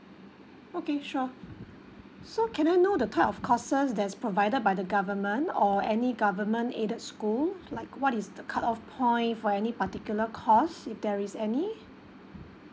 okay sure so can I know the type of courses that's provided by the government or any government aided school like what is the cut off point for any particular course if there is any